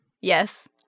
Yes